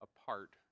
apart